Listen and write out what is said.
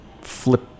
flip